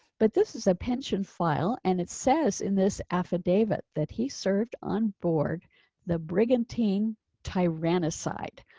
but this is a pension file and it says in this affidavit that he served on board the brigantine tyrannicide,